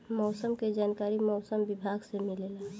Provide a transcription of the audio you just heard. मौसम के जानकारी मौसम विभाग से मिलेला?